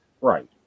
Right